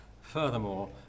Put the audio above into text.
Furthermore